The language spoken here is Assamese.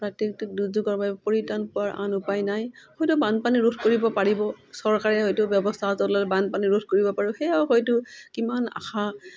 প্ৰাকৃতিক দুৰ্যোগৰ বাবে পৰিত্ৰাণ পোৱাৰ আন উপায় নাই হয়তো বানপানী ৰোধ কৰিব পাৰিব চৰকাৰে হয়তো ব্যৱস্থা ললে বানপানী ৰোধ কৰিব পাৰিব সেয়াও হয়তো কিমান আশা